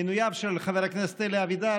מינויו של חבר הכנסת אלי אבידר,